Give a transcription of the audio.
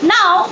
Now